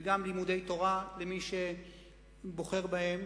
וגם לימודי תורה למי שבוחר בהם.